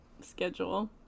schedule